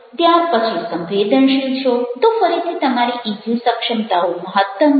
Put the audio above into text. ત્યાર પછી સંવેદનશીલ છો તો ફરીથી તમારી ઇક્યુ સક્ષમતાઓ મહત્તમ છે